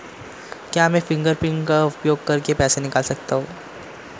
क्या मैं फ़िंगरप्रिंट का उपयोग करके पैसे निकाल सकता हूँ?